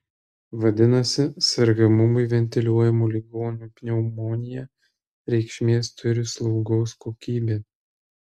vadinasi sergamumui ventiliuojamų ligonių pneumonija reikšmės turi slaugos kokybė